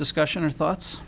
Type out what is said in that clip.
discussion or thoughts